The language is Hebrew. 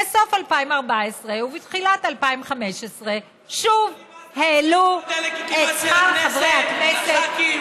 בסוף 2014 ובתחילת 2015 שוב העלו את שכר חברי הכנסת,